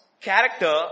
character